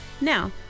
Now